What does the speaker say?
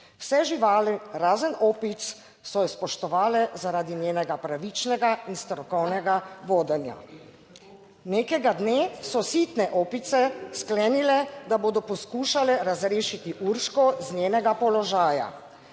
Vse živali razen opic so jo spoštovale zaradi njenega pravičnega in strokovnega vodenja. Nekega dne so sitne opice sklenile, da bodo poskušale razrešiti Urško z njenega položaja.